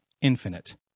infinite